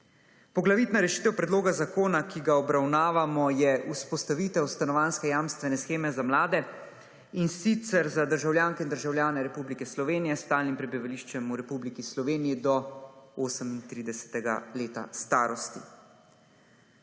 Poglavitna rešitev predloga zakona, ki ga obravnavamo je vzpostavitev stanovanjske jamstvene sheme za mlade in sicer za državljanke in državljane Republike Slovenije s stalnim prebivališčem v Republiki Sloveniji do 38 leta starosti.